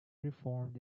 reformed